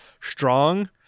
strong